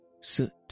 Soot